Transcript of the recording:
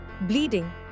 bleeding